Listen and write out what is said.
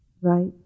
right